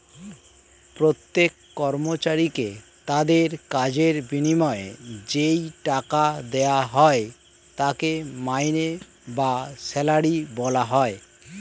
প্রত্যেক কর্মচারীকে তাদের কাজের বিনিময়ে যেই টাকা দেওয়া হয় তাকে মাইনে বা স্যালারি বলা হয়